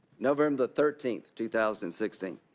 november thirteenth, two thousand and sixteen.